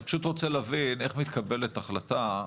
אני פשוט רוצה להבין איך מתקבלת החלטה,